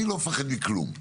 אני לא מפחד מכלום,